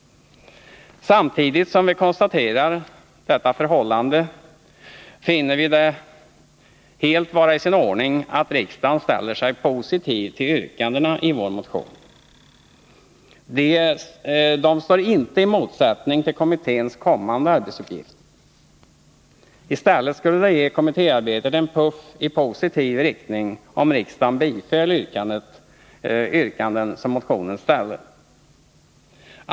Samtidigt som vi konstaterar detta förhållande finner vi det vara helt i sin ordning att riksdagen ställer sig positiv till yrkandena i vår motion. De står inte i motsättning till kommitténs kommande arbetsuppgifter. I stället skulle kommittéarbetet få en puff i positiv riktning, om riksdagen biföll de yrkanden som ställs i motionen.